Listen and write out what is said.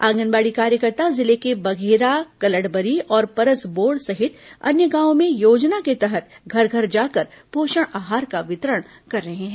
आंगनबाड़ी कार्यकर्ता जिले के बघेरा कलडबरी और परसबोड़ सहित अन्य गांवों में योजना के तहत घर घर जाकर पोषण आहार का वितरण कर रही हैं